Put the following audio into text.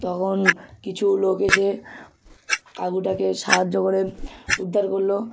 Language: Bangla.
তখন কিছু লোক এসে কাকুটাকে সাহায্য করে উদ্ধার করলো